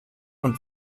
und